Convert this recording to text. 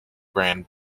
brand